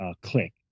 click